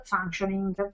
functioning